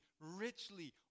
richly